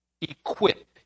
Equip